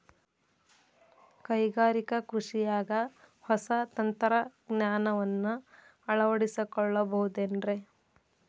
ಕೈಗಾರಿಕಾ ಕೃಷಿಯಾಗ ಹೊಸ ತಂತ್ರಜ್ಞಾನವನ್ನ ಅಳವಡಿಸಿಕೊಳ್ಳಬಹುದೇನ್ರೇ?